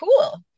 cool